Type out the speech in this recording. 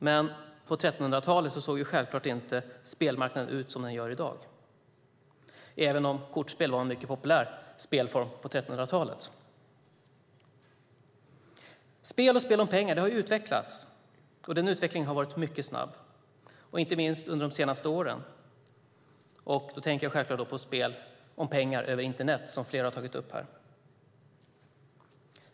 Men på 1300-talet såg självklart inte spelmarknaden ut som den gör i dag, även om kortspel var en mycket populär spelform på 1300-talet. Spel och spel om pengar har utvecklats, och utvecklingen har varit mycket snabb, inte minst under de senaste åren. Jag tänker då självklart på spel om pengar över internet, som flera tagit upp.